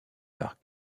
par